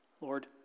Lord